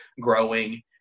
growing